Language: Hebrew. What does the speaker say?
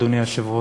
אדוני היושב-ראש: